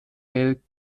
mail